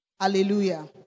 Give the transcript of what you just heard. Hallelujah